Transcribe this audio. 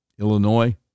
Illinois